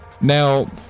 Now